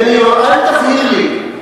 אל תבהיר לי.